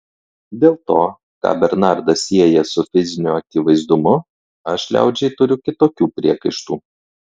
dėl to ką bernardas sieja su fiziniu akivaizdumu aš liaudžiai turiu kitokių priekaištų